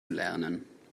erlernen